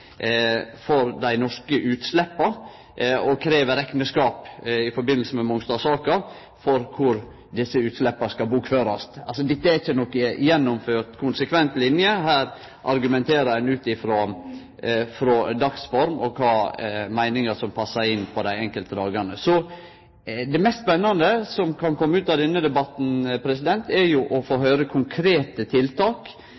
for dei norske utsleppa og krev i samband med Mongstad-saka rekneskap for kor desse utsleppa skal bokførast. Dette er altså ikkje ei gjennomført konsekvent line. Her argumenterer ein ut frå dagsform og kva slag meiningar som passar inn dei enkelte dagane. Det mest spennande som kan kome ut av denne debatten, er jo å få